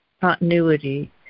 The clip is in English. continuity